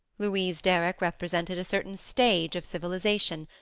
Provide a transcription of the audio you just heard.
louise derrick represented a certain stage of civilisation,